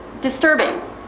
disturbing